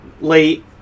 late